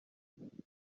umugezi